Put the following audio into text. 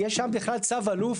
יש שם בכלל צו אלוף,